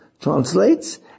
translates